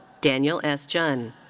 daniel s. jun.